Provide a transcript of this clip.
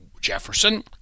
Jefferson